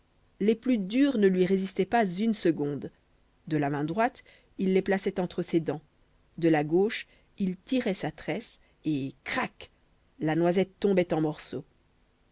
les plus dures ne lui résistaient pas une seconde de la main droite il les plaçait entre ses dents de la gauche il tirait sa tresse et crac la noisette tombait en morceaux